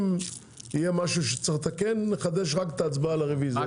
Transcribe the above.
אם יהיה משהו שצריך לתקן נחדש רק את ההצבעה על הרוויזיה,